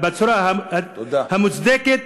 בצורה המוצדקת,